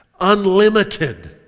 unlimited